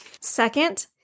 Second